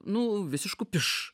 nu visišku piš